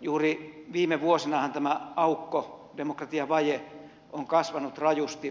juuri viime vuosinahan tämä aukko demokratiavaje on kasvanut rajusti